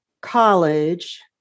college